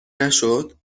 نشد